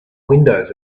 windows